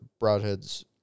broadheads